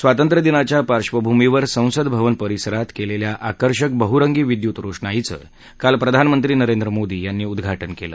स्वातंत्रदिनाच्या पार्धभूमीवर संसद भवन परिसरात केलेल्या आकर्षक बहुरंगी विद्युत रोषणाईचं काल प्रधानमंत्री नरेंद्र मोदी यांनी उद्घाटन केलं